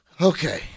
Okay